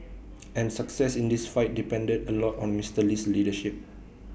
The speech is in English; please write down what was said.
and success in this fight depended A lot on Mister Lee's leadership